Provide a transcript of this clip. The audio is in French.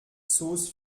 sauce